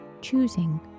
choosing